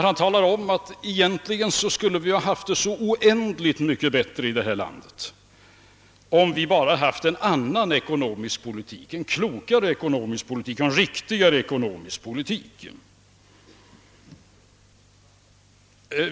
Han talade om att vi skulle ha haft det så oändligt mycket bättre i detta land om vi bara fört en annan, klokare och . riktigare ekonomisk politik.